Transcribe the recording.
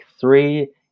three